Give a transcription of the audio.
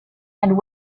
and